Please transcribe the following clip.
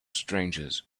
strangers